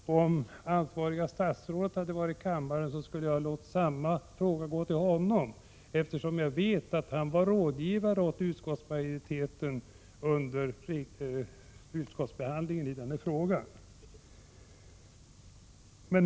Om det ansvariga statsrådet hade varit i kammaren, skulle jag ha riktat samma frågor till honom, eftersom jag vet att han var rådgivare åt utskottsmajoriteten under utskottsbehandlingen av detta ärende.